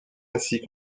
ainsi